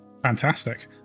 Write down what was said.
Fantastic